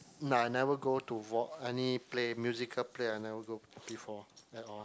nah I never go to any play musical play I never go before at all